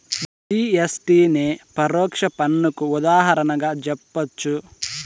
GST నే పరోక్ష పన్నుకు ఉదాహరణగా జెప్పచ్చు